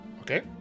Okay